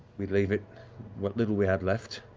we leave it what little we have left,